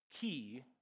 key